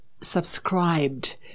subscribed